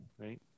Right